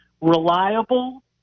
reliable